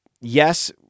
yes